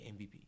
MVP